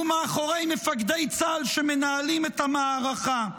ומאחורי מפקדי צה"ל שמנהלים את המערכה.